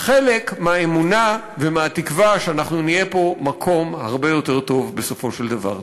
חלק מהאמונה ומהתקווה שאנחנו נהיה פה מקום הרבה יותר טוב בסופו של דבר.